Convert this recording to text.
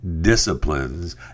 disciplines